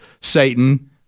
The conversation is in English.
Satan